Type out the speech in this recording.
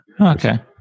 Okay